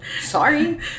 Sorry